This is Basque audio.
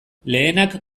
lehenak